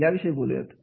याविषयी बोलूयात